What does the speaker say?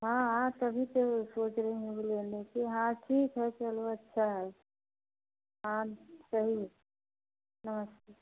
हाँ हाँ तभी तो सोच रही हूँ मैं भी ले लूँ कि हाँ ठीक है चलो अच्छा है हाँ सही है नमस्ते